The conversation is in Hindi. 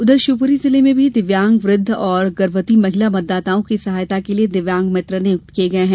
उधर शिवपुरी जिले में भी दिव्यांग वृद्ध और गर्भवती महिला मतदाताओं की सहायता के लिए दिव्यांग मित्र नियुक्त किए हैं